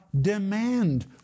demand